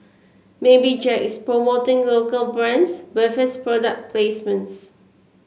maybe Jack is promoting local brands with his product placements